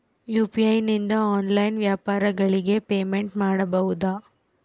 UPI ನಿಂದ online ವ್ಯಾಪಾರಗಳಿಗೆ payment ಮಾಡಬಹುದಾ?